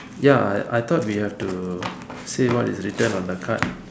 ya I I thought we have to say what is written on the card